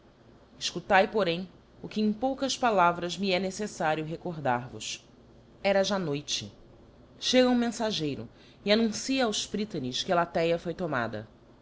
efcutae porém o que em poucas palavras me é neceflario recordar vos era já noite chega um menfageiro e annuncia aos prytanes que elatéa foi tomada